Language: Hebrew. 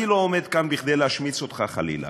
אני לא עומד כאן כדי להשמיץ אותך, חלילה.